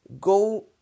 go